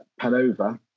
Panova